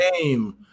game